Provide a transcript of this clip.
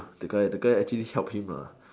the guy the guy actually help him